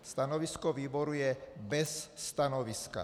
Stanovisko výboru je bez stanoviska.